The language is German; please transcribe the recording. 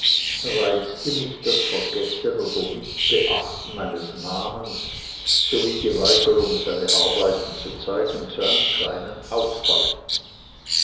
reizte mich das vergessen oder nichtbeachten meines namens sowie die weigerung seine arbeiten zu zeigen zu einem kleinen ausfalle